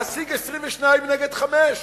להשיג 22 נגד חמישה.